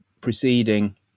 preceding